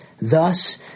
thus